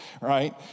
right